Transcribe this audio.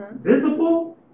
visible